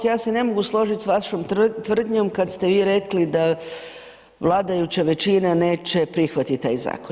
Ja se ne mogu složiti s vašom tvrdnjom kad ste vi rekli da vladajuća većina neće prihvatiti taj zakon.